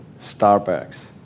Starbucks